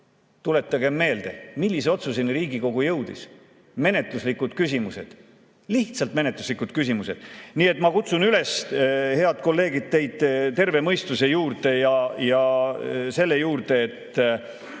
Tuletagem meelde, millise otsuseni Riigikogu jõudis. Menetluslikud küsimused, lihtsalt menetluslikud küsimused. Nii et ma kutsun üles, head kolleegid, teid terve mõistuse juurde ja selle juurde, et